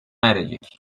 erecek